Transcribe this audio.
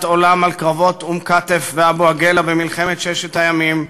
עולם על קרבות אום-כתף ואבו-עגילה במלחמת ששת הימים,